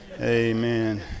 amen